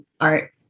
art